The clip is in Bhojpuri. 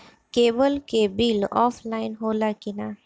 केबल के बिल ऑफलाइन होला कि ना?